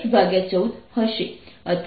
01sin 50t 3